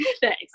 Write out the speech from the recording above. Thanks